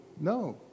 no